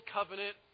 Covenant